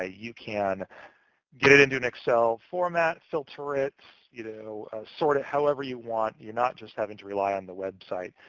ah you can get it into an excel format, filter it, you know, sort it however you want. you're not just having to rely on the website,